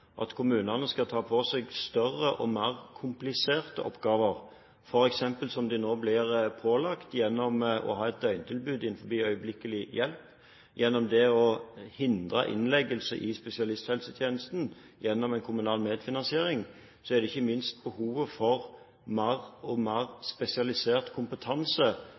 at kommunene skal ta på seg større og mer kompliserte oppgaver, f.eks. det de nå blir pålagt gjennom å ha et døgntilbud innenfor øyeblikkelig hjelp, gjennom å hindre innleggelse i spesialisthelsetjenesten, gjennom en kommunal medfinansiering – kommer ikke minst behovet for en mer og mer spesialisert kompetanse